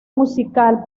musical